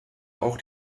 auch